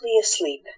asleep